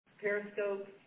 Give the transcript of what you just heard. Periscope